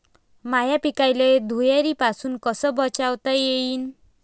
माह्या पिकाले धुयारीपासुन कस वाचवता येईन?